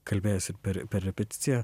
kalbėjęs ir per per repeticiją